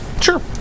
Sure